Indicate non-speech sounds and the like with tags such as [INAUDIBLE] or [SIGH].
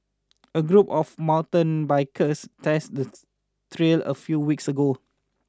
a group of mountain bikers tested the [HESITATION] trail a few weeks ago